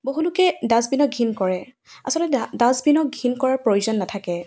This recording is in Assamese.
বহুলোকে ডাষ্টবিনক ঘিণ কৰে আছলতে ডাষ্টবিনক ঘিণ কৰাৰ প্ৰয়োজন নাথাকে